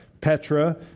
Petra